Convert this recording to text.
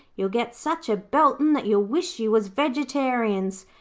you'll get such a beltin' that you'll wish you was vegetarians.